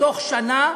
בתוך שנה,